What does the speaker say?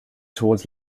towards